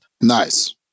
Nice